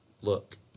look